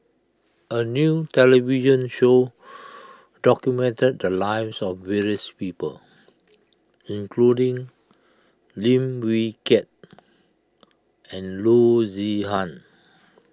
a new television show documented the lives of various people including Lim Wee Kiak and Loo Zihan